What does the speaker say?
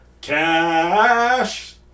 Cash